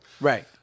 Right